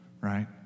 right